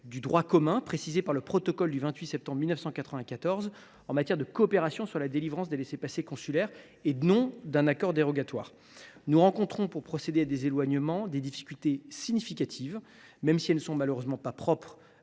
du droit commun, précisé par le protocole du 28 septembre 1994 portant accord de coopération en matière de délivrance des laissez passer consulaires, et non d’un accord dérogatoire. Nous rencontrons, pour procéder à des éloignements, des difficultés significatives, qui ne sont malheureusement pas propres